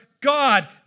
God